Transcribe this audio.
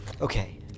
Okay